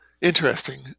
Interesting